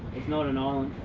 it's not an island.